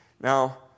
Now